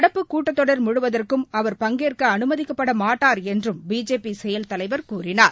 நடப்பு கூட்டத்தொடர் முழுவதற்கும் அவர் பங்கேற்கஅனுமதிக்கப்படமாட்டார் என்றும் பிஜேபி செயல் தலைவர் கூறினார்